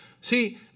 See